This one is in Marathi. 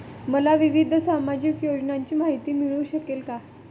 मला विविध सामाजिक योजनांची माहिती मिळू शकेल का?